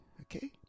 Okay